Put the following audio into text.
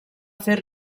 fer